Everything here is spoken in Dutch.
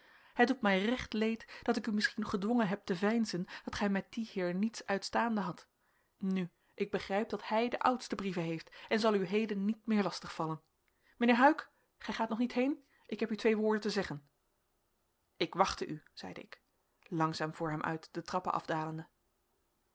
het doet mij recht leed dat ik u misschien gedwongen heb te veinzen dat gij met dien heer niets uitstaande hadt nu ik begrijp dat hij de oudste brieven heeft en zal u heden niet meer lastig vallen mijnheer huyck gij gaat nog niet heen ik heb u twee woorden te zeggen ik wachtte u zeide ik langzaam voor hem uit de trappen afdalende